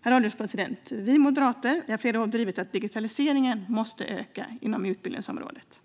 Herr ålderspresident! Vi moderater har under flera år drivit att digitaliseringen måste öka inom utbildningsområdet.